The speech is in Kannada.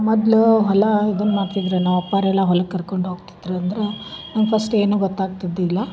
ಮೊದಲು ಹೊಲ ಇದನ್ನ ಮಾಡ್ತಿದ್ದರು ನಮ್ಮ ಅಪ್ಪಾರೆಲ್ಲ ಹೊಲಕ್ಕೆ ಕರ್ಕೊಂಡು ಹೋಗ್ತಿದ್ದರು ಅಂದರೆ ನಂಗೆ ಫಸ್ಟು ಏನು ಗೊತ್ತಾಗ್ತಿದ್ದಿಲ್ಲ